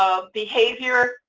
ah behavior,